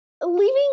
Leaving